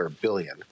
billion